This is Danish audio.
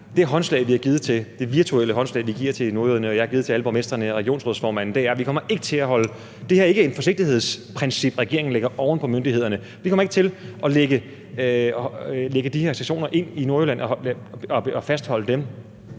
det virtuelle håndslag, vi giver til nordjyderne, og som jeg har givet til alle borgmestrene og regionsrådsformanden, er, at det her ikke er et forsigtighedsprincip, regeringen lægger oven på myndighedernes anbefalinger. Vi kommer ikke til at lægge de her sanktioner på Nordjylland og fastholde dem